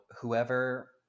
whoever